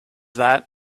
that